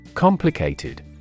Complicated